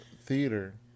theater